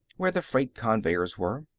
where the freight conveyers were.